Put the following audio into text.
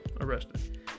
arrested